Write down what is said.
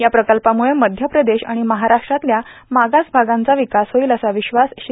या प्रकल्पामुळं मध्य प्रदेश आणि महाराष्ट्रातल्या मागास भागांचा विकास होईल असा विश्वास श्री